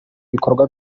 ibikorwa